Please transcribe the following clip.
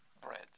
bread